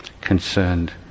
concerned